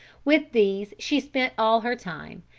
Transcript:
with these she spent all her time,